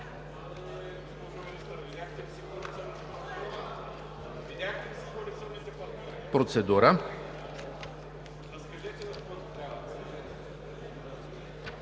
Процедура